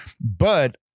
But-